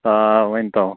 آ ؤنۍ تو